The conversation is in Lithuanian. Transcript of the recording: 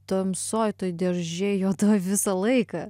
tamsoj toj dėžėj juodoj visą laiką